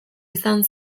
izan